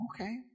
okay